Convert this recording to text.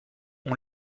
ont